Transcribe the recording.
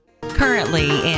Currently